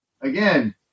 Again